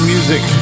Music